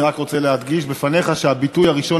אני רק רוצה להדגיש בפניך שהביטוי "הראשון